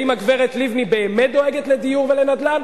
האם הגברת לבני באמת דואגת לדיור ולנדל"ן